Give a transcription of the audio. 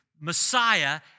Messiah